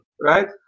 right